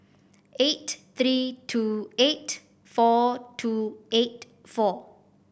eight three two eight four two eight four